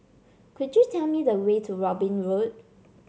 could you tell me the way to Robin Road